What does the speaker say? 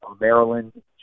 Maryland